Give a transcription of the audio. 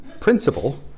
principle